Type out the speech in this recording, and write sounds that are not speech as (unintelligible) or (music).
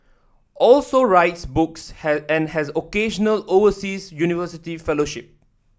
also writes books (unintelligible) and has occasional overseas university fellowship